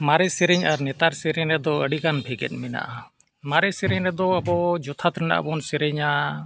ᱢᱟᱨᱮ ᱥᱮᱨᱮᱧ ᱟᱨ ᱱᱮᱛᱟᱨ ᱥᱮᱨᱮᱧ ᱨᱮᱫᱚ ᱟᱹᱰᱤᱜᱟᱱ ᱵᱷᱮᱜᱮᱫ ᱢᱮᱱᱟᱜᱼᱟ ᱢᱟᱨᱮ ᱥᱮᱨᱮᱧ ᱨᱮᱫᱚ ᱟᱵᱚ ᱡᱚᱛᱷᱟᱛ ᱨᱮᱱᱟᱜ ᱵᱚᱱ ᱥᱮᱨᱮᱧᱟ